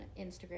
Instagram